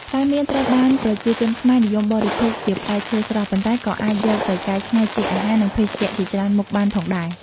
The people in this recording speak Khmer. ផ្លែមៀន ត្រូវបានប្រជាជនខ្មែរនិយមបរិភោគជាផ្លែឈើស្រស់ ប៉ុន្តែក៏អាចយកទៅកែច្នៃជាអាហារ និងភេសជ្ជៈជាច្រើនមុខបានផងដែរ។